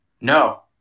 no